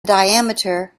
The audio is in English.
diameter